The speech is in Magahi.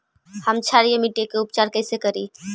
हम क्षारीय मिट्टी के उपचार कैसे करी?